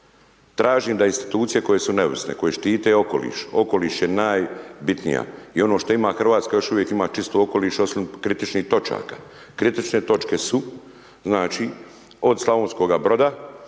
tražim da institucije koje su neovisne, koje štite okoliš, okoliš je najbitnija, i ono šta ima Hrvatska, još uvijek ima čisti okoliš osim kritičnih točaka. Kritične točke su od Slavonskoga broda